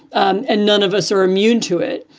um and none of us are immune to it.